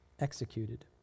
executed